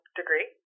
degree